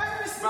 אין מסמך.